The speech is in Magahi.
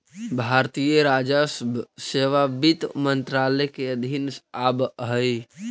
भारतीय राजस्व सेवा वित्त मंत्रालय के अधीन आवऽ हइ